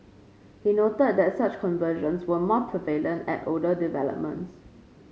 he noted that such conversions were more prevalent at older developments